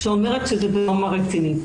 שאומרת שזאת טראומה רצינית.